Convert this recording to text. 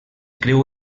creu